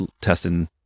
testing